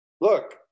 look